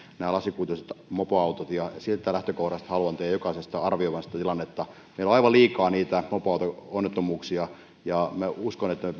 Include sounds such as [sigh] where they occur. nämä lasikuituiset mopoautot ja siitä lähtökohdasta haluan teidän jokaisen arvioivan sitä tilannetta meillä on aivan liikaa niitä mopoauto onnettomuuksia ja minä uskon että me [unintelligible]